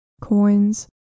coins